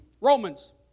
Romans